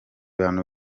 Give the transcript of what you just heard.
bantu